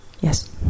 Yes